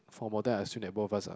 formal then I assume that both of us are